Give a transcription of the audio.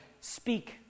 Speak